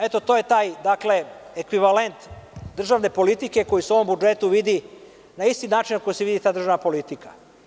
Eto, to je taj ekvivalent državne politike koji se u ovom budžetu vidi na isti način na koji se vidi ta državna politika.